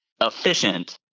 efficient